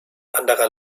anderer